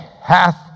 hath